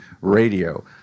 radio